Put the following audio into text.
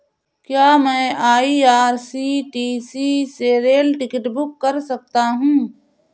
क्या मैं आई.आर.सी.टी.सी से रेल टिकट बुक कर सकता हूँ?